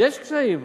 יש קשיים.